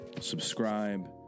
subscribe